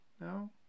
no